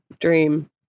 Dream